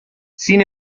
sin